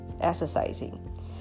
exercising